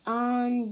on